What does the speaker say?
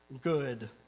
good